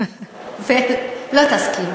ואל תסכים